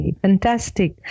fantastic